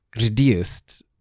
reduced